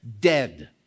dead